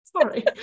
Sorry